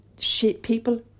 people